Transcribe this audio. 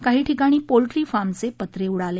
काही ठिकाणी पोल्ट्री फार्मचे पत्रे उडाले